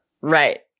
Right